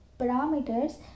parameters